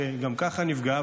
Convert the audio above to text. שגם ככה נפגע,